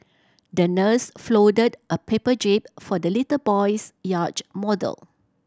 the nurse folded a paper jib for the little boy's yacht model